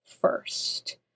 first